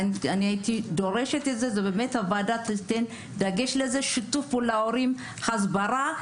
אני דורשת שבאמת הוועדה תיתן דגש לשיתוף מול ההורים והסברה.